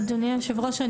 אדוני היושב ראש,